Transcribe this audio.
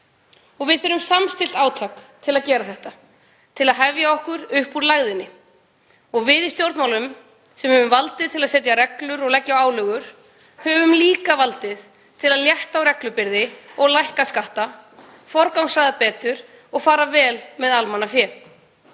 Við þurfum samstillt átak til að gera þetta, til að hefja okkur upp úr lægðinni. Við í stjórnmálunum, sem höfum valdið til að setja reglur og leggja á álögur, höfum líka valdið til að létta á reglubyrði og lækka skatta, forgangsraða betur og fara vel með almannafé.